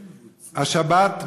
"השבת,